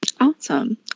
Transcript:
Awesome